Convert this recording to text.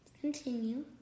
continue